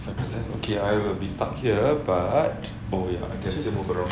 okay I will be stuck here but oh ya I can still walk around